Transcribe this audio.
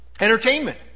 Entertainment